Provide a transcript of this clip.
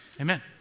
Amen